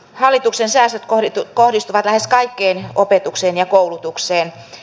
hallituksen säästöt kohdistuvat lähes kaikkeen opetukseen ja koulutukseen